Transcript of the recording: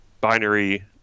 binary